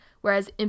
whereas